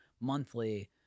monthly